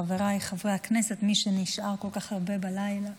חבריי חברי הכנסת, מי שנשאר כל כך הרבה בלילה,